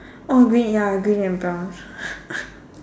oh red ya green and brown